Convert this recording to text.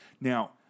Now